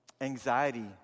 anxiety